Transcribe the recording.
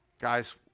guys